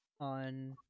on